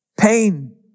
Pain